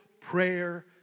prayer